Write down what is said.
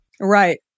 Right